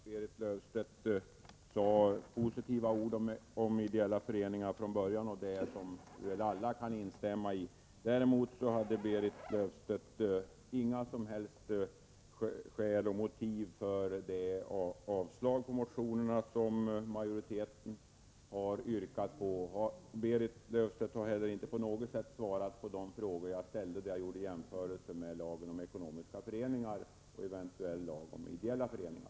Herr talman! Jag vill bara kort konstatera att Berit Löfstedt i början av sitt anförande uttalade positiva ord om ideella föreningar, som väl alla kan instämma i. Däremot hade Berit Löfstedt inga skäl för det avslag på motionerna som majoriteten har yrkat på. Berit Löfstedt har inte heller på något sätt svarat på de frågor jag ställde när jag gjorde jämförelser mellan lagen om ekonomiska föreningar och en eventuell lag om ideella föreningar.